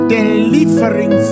delivering